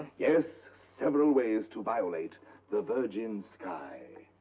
yes, several ways to violate the virgin sky.